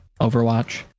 overwatch